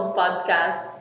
podcast